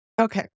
okay